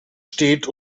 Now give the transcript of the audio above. steht